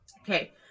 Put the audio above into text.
Okay